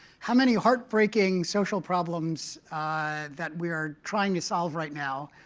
how many heartbreaking social problems that we are trying to solve right now.